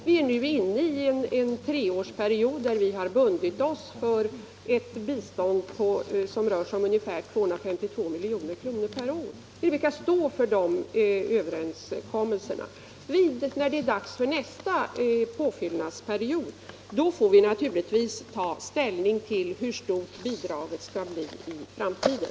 Vi är nu inne i en treårsperiod, där vi har bundit oss för ett bistånd som rör sig om ungefär 252 milj.kr. per år. Vi brukar stå fast vid sådana överenskommelser. När det är dags för nästa påfyllnadsperiod, får vi naturligtvis ta ställning till hur stort bidraget skall bli i framtiden.